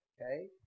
Okay